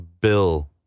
Bill